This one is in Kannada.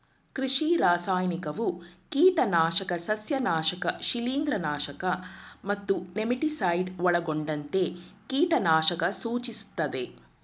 ಕೃಷಿ ರಾಸಾಯನಿಕವು ಕೀಟನಾಶಕ ಸಸ್ಯನಾಶಕ ಶಿಲೀಂಧ್ರನಾಶಕ ಮತ್ತು ನೆಮಟಿಸೈಡ್ ಒಳಗೊಂಡಂತೆ ಕೀಟನಾಶಕ ಸೂಚಿಸ್ತದೆ